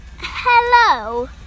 hello